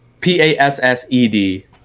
P-A-S-S-E-D